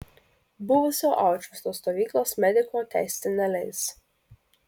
buvusio aušvico stovyklos mediko teisti neleis